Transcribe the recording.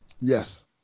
Yes